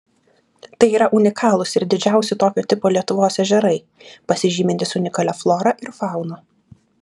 tai yra unikalūs ir didžiausi tokio tipo lietuvos ežerai pasižymintys unikalia flora ir fauna